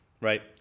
Right